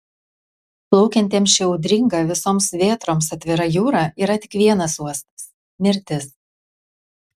plaukiantiems šia audringa visoms vėtroms atvira jūra yra tik vienas uostas mirtis